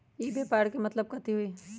ई व्यापार के की मतलब होई छई?